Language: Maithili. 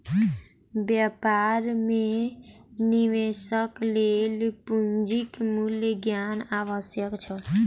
व्यापार मे निवेशक लेल पूंजीक मूल्य ज्ञान आवश्यक छल